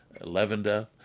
lavender